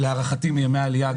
להערכתי, מימי העלייה הגדולה.